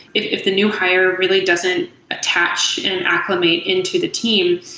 if the new hire really doesn't attach and acclimate into the team,